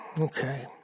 Okay